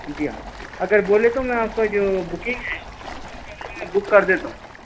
جی ہاں اگر بولے تو میں آپ کو جو بکنگ ہے وہ بکنگ جو ہے نا بک کر دیتا ہوں